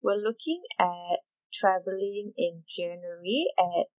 we're looking at travelling in january at